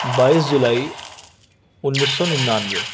بائیس جولائی انیس سو ننانوے